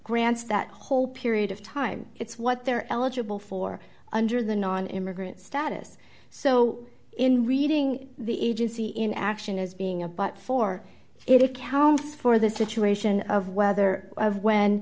grants that whole period of time it's what they're eligible for under the non immigrant status so in reading the agency in action as being a but for it it counts for the situation of whether of when